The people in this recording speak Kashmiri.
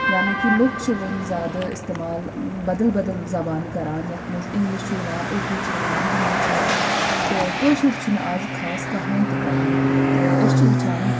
یعنی کہِ لوٗکھ چھِ وۅنۍ زیادٕ اِستعمال بَدل بَدل زَبانہٕ کران یتھ منٛز اِنگلِش چھُ یِوان اُردو چھُ یِوان ہینٚدی چھُ یِوان تہٕ کٲشُر چھُ نہٕ اَز خاص کٕہٕنٛے تہِ کران تہٕ أسی چھِ وُچھان